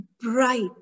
Bright